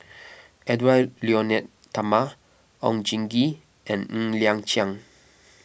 Edwy Lyonet Talma Oon Jin Gee and Ng Liang Chiang